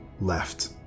left